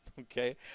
okay